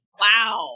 Wow